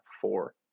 four